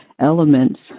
elements